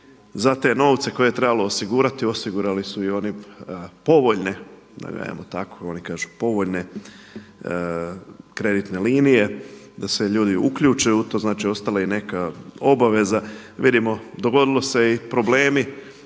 za te novce koje je trebalo osigurati osigurali su i oni povoljne da kažemo tako oni kažu povoljne kreditne linije da se ljudi uključe u to, znači ostala je i neka obaveza. Vidimo, dogodili su se i problemi,